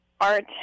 art